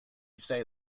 say